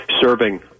serving